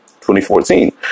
2014